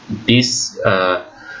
this uh